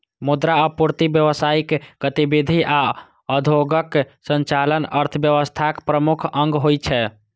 मुद्रा आपूर्ति, व्यावसायिक गतिविधि आ उद्योगक संचालन अर्थव्यवस्थाक प्रमुख अंग होइ छै